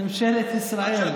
ממשלת ישראל.